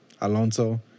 Alonso